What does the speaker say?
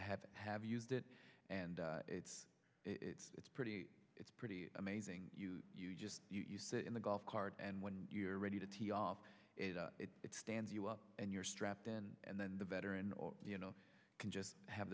have have used it and it's it's it's pretty it's pretty amazing you just you sit in the golf cart and when you're ready to tee off is it stand you up and you're strapped in and then the veteran or you know can just have